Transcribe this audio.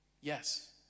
Yes